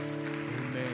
Amen